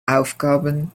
aufgaben